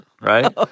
right